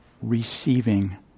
receiving